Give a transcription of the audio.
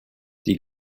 die